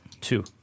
Two